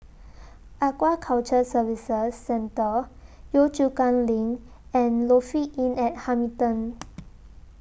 Aquaculture Services Centre Yio Chu Kang LINK and Lofi Inn At Hamilton